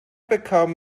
become